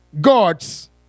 God's